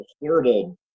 horrible